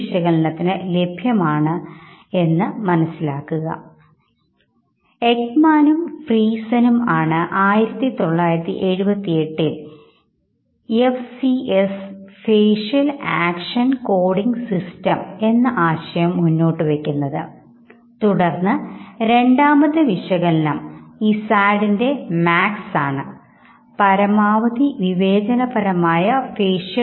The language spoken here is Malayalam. സുപ്രഭാതം എന്തുണ്ട് വിശേഷങ്ങൾ എന്ന് രാവിലെ ആരെങ്കിലും ചോദിക്കുമ്പോൾ സുപ്രഭാതം എനിക്ക് നല്ല വിശേഷങ്ങൾ ഞാൻ സുഖമായിരിക്കുന്നു എന്ന് മറുപടി നൽകുന്നു നാം ഇവിടെ മനശാസ്ത്രത്തിന് ഒരു ആമുഖം എന്ന കോഴ്സിൻറെ ഭാഗമായിട്ടാണ് ഇത്തരം കാര്യങ്ങൾ ചർച്ച ചെയ്തത്